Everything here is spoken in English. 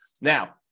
now